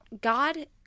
God